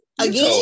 again